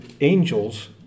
angels